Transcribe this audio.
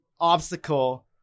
obstacle